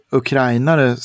ukrainare